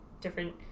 different